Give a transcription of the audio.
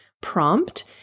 prompt